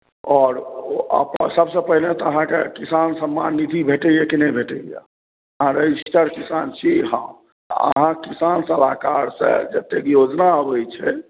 आओर ओ सभसँ पहिने तऽ अहाँकेँ किसान सम्मान निधि भेटैए कि नहि भेटैए अहाँ रजिस्टर किसान छी अहाँ तऽ अहाँ किसान सलाहकार से जतेक योजना अबैत छै